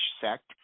sect